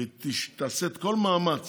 שהיא תעשה כל מאמץ